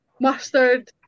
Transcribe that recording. mustard